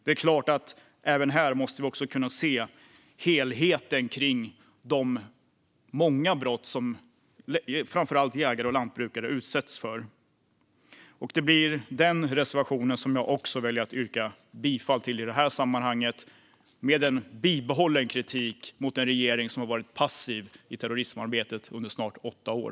Det är klart att vi även här måste kunna se helheten kring de många brott som framför allt jägare och lantbrukare utsätts för. Det blir också reservation 2 som jag väljer att yrka bifall till i det här sammanhanget, med en bibehållen kritik mot den regering som har varit passiv i terrorismarbetet under snart åtta år.